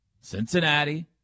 Cincinnati